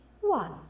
one